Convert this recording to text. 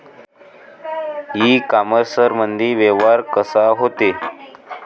इ कामर्समंदी व्यवहार कसा होते?